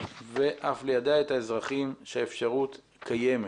ואף ליידע את האזרחים שהאפשרות קיימת.